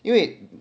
因为